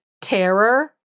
terror